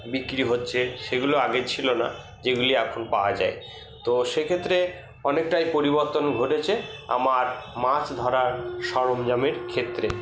বিক্রি হচ্ছে সেইগুলো আগে ছিল না যেইগুলি এখন পাওয়া যায় তো সেক্ষেত্রে অনেকটাই পরিবর্তন ঘটেছে আমার মাছ ধরার সরঞ্জামের ক্ষেত্রে